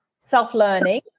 self-learning